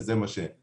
וזה מה שנעשה.